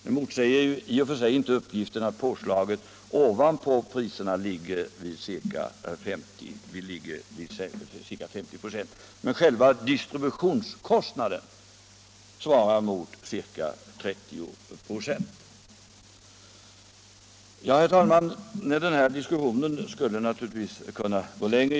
Det motsäger i och för sig inte uppgiften Om förstatligande att påslaget ovanpå priserna ligger vid ca 50 96, men själva distributionsav läkemedelsindukostnaden svarar mot ca 30 96. strin Herr talman! Den här diskussionen skulle naturligtvis kunna gå längre.